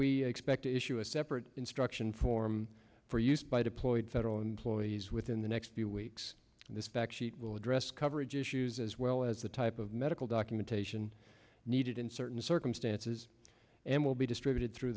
we expect to issue a separate instruction form for use by deployed federal employees within the next few weeks this fact sheet will address coverage issues as well as the type of medical documentation needed in certain circumstances and will be distributed through